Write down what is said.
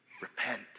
Repent